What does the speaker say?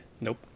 Nope